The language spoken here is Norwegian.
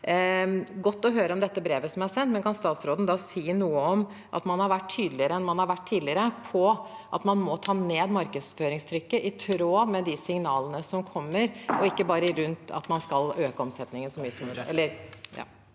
godt å høre om dette brevet som er sendt, men kan statsråden si noe om hvorvidt man har vært tydeligere enn man har vært tidligere på at man må ta ned markedsføringstrykket, i tråd med de signalene som kommer, og ikke bare at man skal øke omsetningen så mye som mulig?